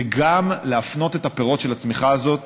וגם, להפנות את הפירות של הצמיחה הזאת